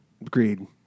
Agreed